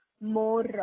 more